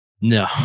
No